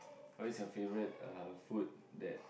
what is your favourite uh food that